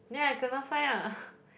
then I kena fine lah